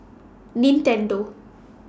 Nintendo